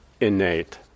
innate